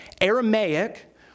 Aramaic